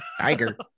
Tiger